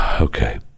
okay